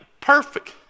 Perfect